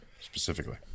specifically